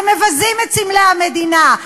שמבזים את סמלי המדינה,